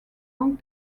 long